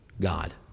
God